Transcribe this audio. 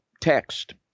text